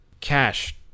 cash